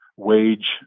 wage